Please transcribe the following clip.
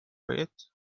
yet